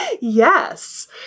Yes